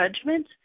judgment